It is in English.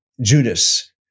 Judas